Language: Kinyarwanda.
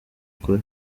ukuri